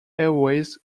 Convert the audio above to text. airways